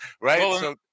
right